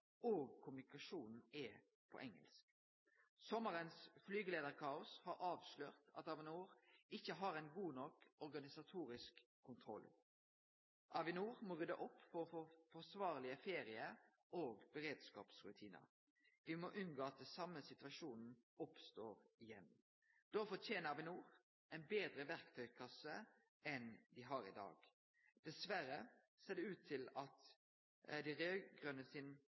og kommunikasjonen er på engelsk. Sommarens flygeleiarkaos har avslørt at Avinor ikkje har ein god nok organisatorisk kontroll. Avinor må rydde opp for å få forsvarlege feriar og beredskapsrutinar. Me må unngå at den same situasjonen oppstår igjen. Då fortener Avinor ein betre verktøykasse enn dei har i dag. Dessverre ser det ut til at dei raud-grøne sin